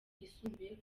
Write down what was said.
yisumbuye